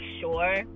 sure